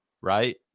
right